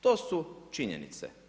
To su činjenice.